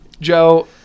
Joe